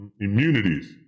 Immunities